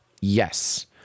yes